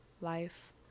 life